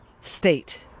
state